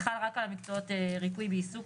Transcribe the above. זה חל רק על המקצועות ריפוי בעיסוק,